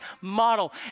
model